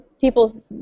people